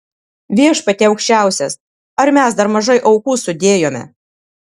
viešpatie aukščiausias ar mes dar mažai aukų sudėjome